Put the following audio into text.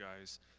guys